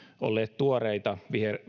olleet tuoreita